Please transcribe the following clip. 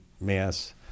mass